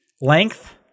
length